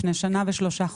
לפני שנה ושלושה חודשים.